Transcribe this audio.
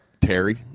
Terry